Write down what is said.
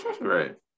Right